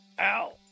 Ow